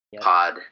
pod